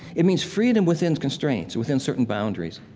it means freedom within constraints, within certain boundaries.